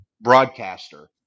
broadcaster